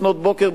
לפנות בוקר,